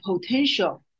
potential